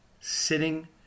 Sitting